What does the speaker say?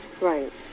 Right